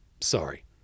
Sorry